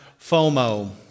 FOMO